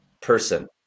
person